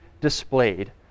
displayed